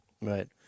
Right